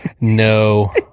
No